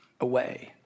away